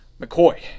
McCoy